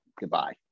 Goodbye